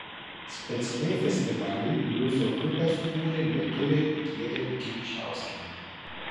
specialiai festivaliui bliuzo grupę subūrė lietuvė giedrė kilčiauskienė